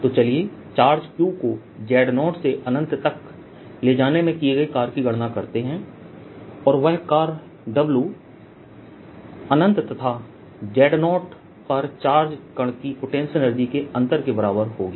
तो चलिए charge q को Z0से अनंत तक ले जाने में किए गए कार्य की गणना करते हैं और वह कार्य अनंत तथा Z0 पर चार्ज कण की पोटेंशियल एनर्जी के अंतर के बराबर होगी